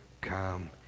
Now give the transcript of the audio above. come